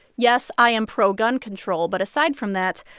yes, i am pro-gun control, but aside from that,